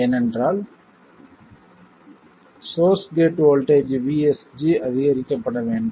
ஏனென்றால் source gate voltage VSG அதிகரிக்கப்பட வேண்டும்